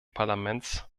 parlaments